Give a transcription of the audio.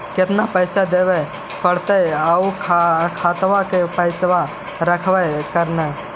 केतना पैसा देबे पड़तै आउ खातबा में पैसबा रहतै करने?